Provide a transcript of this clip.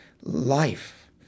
life